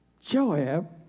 Joab